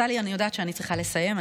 אני יודעת שאני צריכה לסיים,